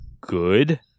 good